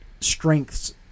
strengths